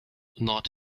not